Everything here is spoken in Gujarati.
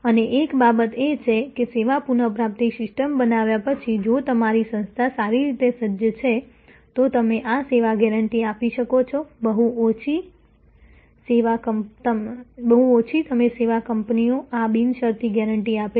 અને એક બાબત એ છે કે સેવા પુનઃપ્રાપ્તિ સિસ્ટમ બનાવ્યા પછી જો તમારી સંસ્થા સારી રીતે સજ્જ છે તો તમે આ સેવા ગેરંટી આપી શકો છો બહુ ઓછી તમે સેવા કંપનીઓ આ બિનશરતી ગેરંટી આપે છે